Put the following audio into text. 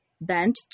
bent